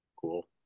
Cool